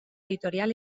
editorial